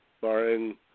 barring